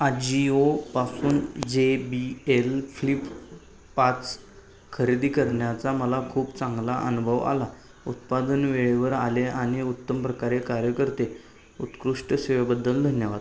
आजिओपासून J B L Flip पाच खरेदी करण्याचा मला खूप चांगला अनुभव आला उत्पादन वेळेवर आले आणि उत्तम प्रकारे कार्य करते उत्कृष्ट सेवेबद्दल धन्यवाद